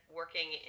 working